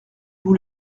vous